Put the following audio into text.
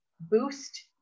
Boost